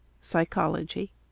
Psychology